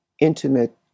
intimate